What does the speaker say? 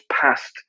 passed